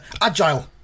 agile